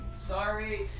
Sorry